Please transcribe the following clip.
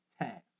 task